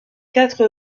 quatre